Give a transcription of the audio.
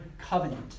covenant